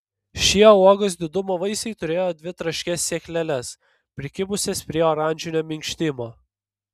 šie uogos didumo vaisiai turėjo dvi traškias sėkleles prikibusias prie oranžinio minkštimo